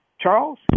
Charles